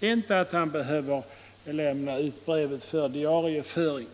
inte ansåg att brevet behövde diarieföras.